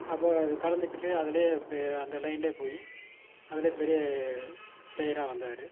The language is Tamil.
அப்போ அது கலந்துக்கிட்டு அதிலயே இப்போ அந்த லைன்ல போய் அதிலே பெரிய ப்ளேயராக வந்தார்